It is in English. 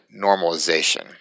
normalization